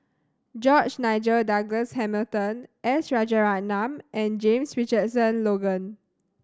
George Nigel Douglas Hamilton S Rajaratnam and James Richardson Logan